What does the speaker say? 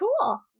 cool